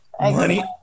Money